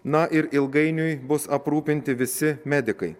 na ir ilgainiui bus aprūpinti visi medikai